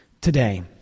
Today